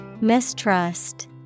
Mistrust